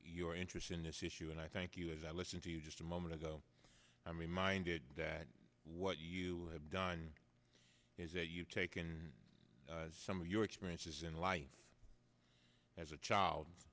your interest in this issue and i thank you as i listen to you just a moment ago i minded that what you have done is that you've taken some of your experiences in life as a child